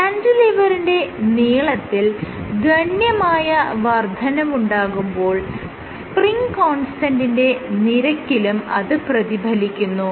ക്യാന്റിലിവറിന്റെ നീളത്തിൽ ഗണ്യമായ വർദ്ധനവുണ്ടാകുമ്പോൾ സ്പ്രിങ് കോൺസ്റ്റന്റിന്റെ നിരക്കിലും അത് പ്രതിഫലിക്കുന്നു